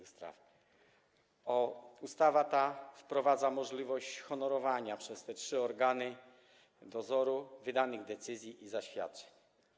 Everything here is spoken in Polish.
Ustawa ta wprowadza możliwość honorowania przez te trzy organu dozoru wydanych decyzji i zaświadczeń.